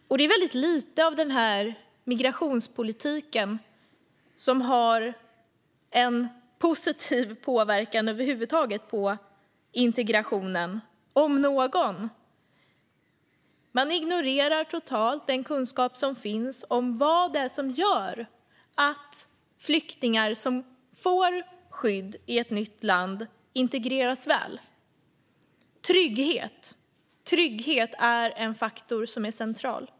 Och det är väldigt lite av denna migrationspolitik - om något - som över huvud taget har en positiv påverkan på integrationen. Man ignorerar totalt den kunskap som finns om vad det är som gör att flyktingar som får skydd i ett nytt land integreras väl. Trygghet är en faktor som är central.